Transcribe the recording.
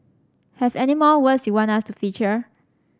have any more words you want us to feature